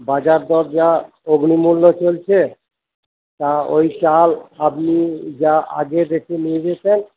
বাজার দর যা অগ্নিমূল্য চলছে তা ওই চাল আপনি যা আগের রেটে নিয়ে গিয়েছিলেন